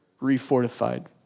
re-fortified